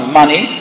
money